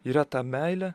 yra ta meilė